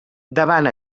davant